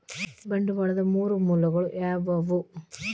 ಬಂಡವಾಳದ್ ಮೂರ್ ಮೂಲಗಳು ಯಾವವ್ಯಾವು?